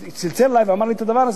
צלצל אלי ואמר לי את הדבר הזה.